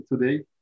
today